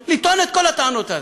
לטעון את כל הטענות האלה.